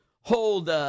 hold